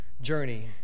journey